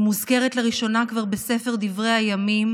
היא מוזכרת לראשונה כבר בספר דברי הימים,